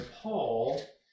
Paul